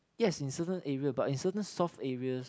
yes in certain area but in certain soft area